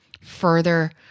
further